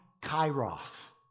Kairos